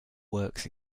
works